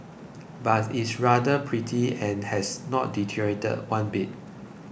but it is rather pretty and has not deteriorated one bit